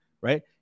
right